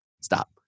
stop